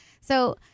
So-